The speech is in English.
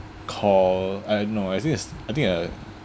call uh no I think is I think uh